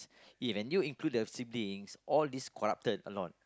even you include the siblings all this corrupted or not